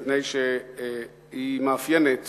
מפני שהיא מאפיינת